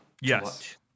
yes